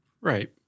Right